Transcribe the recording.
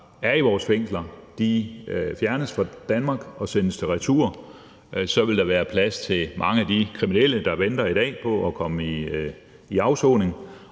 er i vores fængsler, fjernes fra Danmark og sendes retur; så vil der være plads til mange af de kriminelle, der i dag venter på at komme til afsoning.